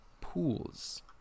Pools